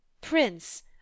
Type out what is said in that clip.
Prince